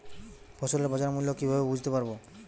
ফসলের বাজার মূল্য কিভাবে বুঝতে পারব?